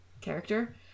character